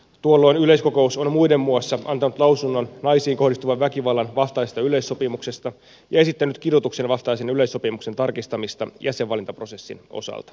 tuolloin yleiskokous on muiden muassa antanut lausunnon naisiin kohdistuvan väkivallan vastaisesta yleissopimuksesta ja esittänyt kidutuksenvastaisen yleissopimuksen tarkistamista jäsenvalintaprosessin osalta